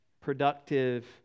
productive